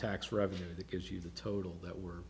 tax revenue that gives you the total that we're